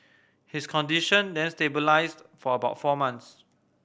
his condition then stabilised for about four months